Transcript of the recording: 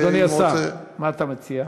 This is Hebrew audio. אדוני השר, מה אתה מציע?